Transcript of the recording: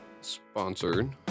sponsored